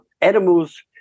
animals